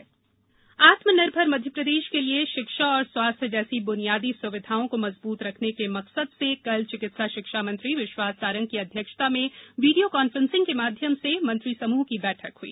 मंत्री समूह बैठक आत्मनिर्भर मध्यप्रदेश के लिये शिक्षा और स्वास्थ्य जैसी बुनियादी सुविधाओं को मजबूत करने के मकसद से कल चिकित्सा शिक्षा मंत्री विश्वास सारंग की अध्यक्षता में वीडियो कॉन्फ्रेंस को माध्यम से मंत्री समूह की बैठक हयीं